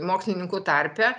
mokslininkų tarpe